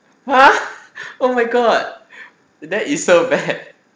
ha oh my god that is so bad